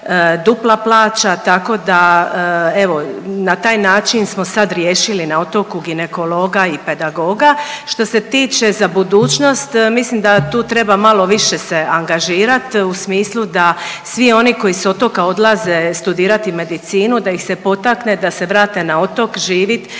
dupla plaća, tako da evo na taj način smo sad riješili na otoku ginekologa i pedagoga. Što se tiče za budućnost mislim da tu treba malo više se angažirat u smislu da svi oni koji s otoka odlaze studirati medicinu da ih se potakne da se vrate na otok živit